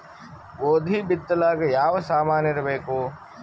ಗೋಧಿ ಬಿತ್ತಲಾಕ ಯಾವ ಸಾಮಾನಿರಬೇಕು?